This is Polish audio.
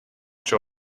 czy